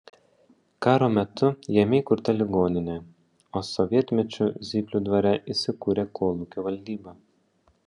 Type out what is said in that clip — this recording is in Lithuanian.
karo metu jame įkurta ligoninė o sovietmečiu zyplių dvare įsikūrė kolūkio valdyba